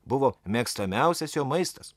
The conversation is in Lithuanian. buvo mėgstamiausias jo maistas